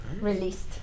Released